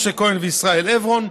משה כהן וישראל עברון,